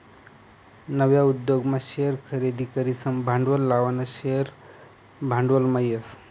नवा उद्योगमा शेअर खरेदी करीसन भांडवल लावानं शेअर भांडवलमा येस